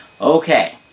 Okay